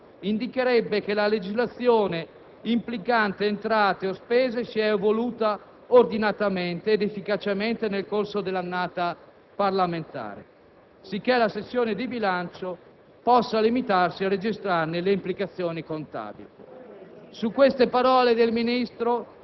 Quel giorno indicherebbe che la legislazione implicante entrate o spese si è evoluta ordinatamente ed efficacemente nel corso dell'annata parlamentare, sicché la sessione di bilancio possa limitarsi a registrarne le implicazioni contabili».